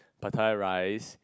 pattaya rice